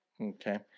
Okay